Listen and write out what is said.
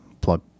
Plug